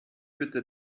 bitte